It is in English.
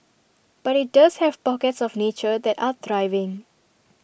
but IT does have pockets of nature that are thriving